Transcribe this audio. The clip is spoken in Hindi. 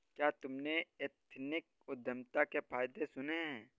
क्या तुमने एथनिक उद्यमिता के फायदे सुने हैं?